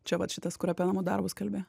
čia vat šitas kur apie namų darbus kalbi